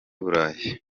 burayi